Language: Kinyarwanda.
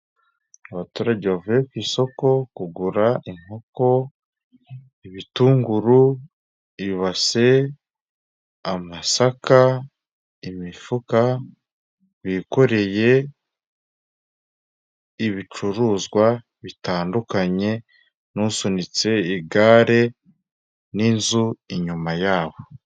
Abaturage bavuye ku isoko kugura inkoko, ibitunguru ,ibase ,amasaka, imifuka. Bikoreye ibicuruzwa bitandukanye n'usunitse igare n'inzu inyuma yabo.